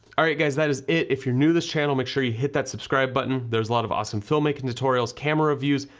alright guys, that is it. if you're new to this channel, make sure you hit that subscribe button, there's a lot of awesome filmmaking tutorials, camera reviews,